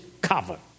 cover